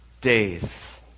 days